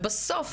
ובסוף,